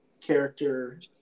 character